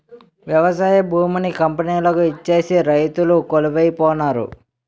వ్యవసాయ భూమిని కంపెనీలకు ఇచ్చేసి రైతులు కొలువై పోనారు